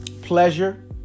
pleasure